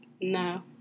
no